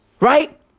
right